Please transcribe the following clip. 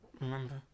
remember